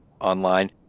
online